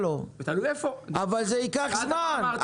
אבל זה ייקח זמן.